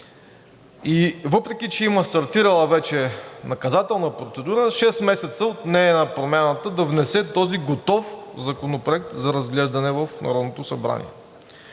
и въпреки че има стартирала вече наказателна процедура, шест месеца отне на Промяната да внесе този готов законопроект за разглеждане в Народното събрание.